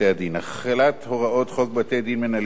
החלת הוראות חוק בתי-הדין המינהליים תסמיך את